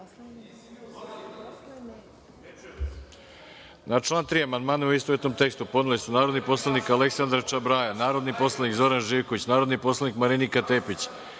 član 3. amandmane, u istovetnom tekstu, podneli su narodni poslanik Aleksandra Čabraja, narodni poslanik Zoran Živković, narodni poslanik Marinika Tepić,